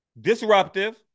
disruptive